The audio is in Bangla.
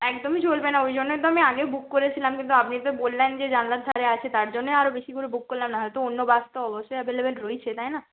একদমই চলবে না ওই জন্যই তো আমি আগে বুক করেছিলাম কিন্তু আপনি তো বললেন যে জানালার ধারে আছে তার জন্যেই আরও বেশি করে বুক করলাম না হলে তো অন্য বাস তো অবশ্যই অ্যাভেলেবেল রয়েছে তাই না